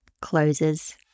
closes